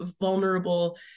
vulnerable